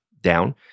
down